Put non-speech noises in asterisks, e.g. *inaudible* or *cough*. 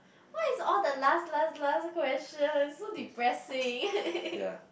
why is all the last last last question so depressing *noise*